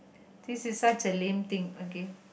this is such a lame thing okay